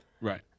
Right